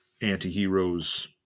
anti-heroes